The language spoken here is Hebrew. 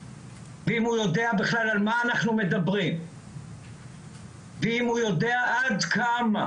ואם הוא יודע בכלל על מה אנחנו מדברים ואם הוא יודע עד כמה